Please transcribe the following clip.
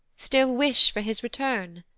still wish for his return?